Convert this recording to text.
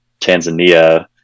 Tanzania